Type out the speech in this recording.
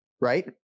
right